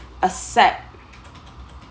accept